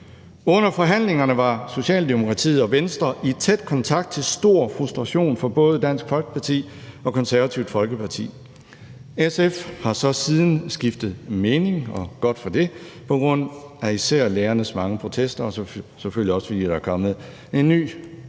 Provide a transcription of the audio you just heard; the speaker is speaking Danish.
Under forhandlingerne var Socialdemokratiet og Venstre i tæt kontakt til stor frustration for både Dansk Folkeparti og Det Konservative Folkeparti. SF har så siden skiftet mening – og godt for det – på grund af især lærernes mange protester, og selvfølgelig også, fordi der er kommet en ny,